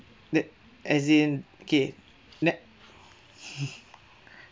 that as in okay net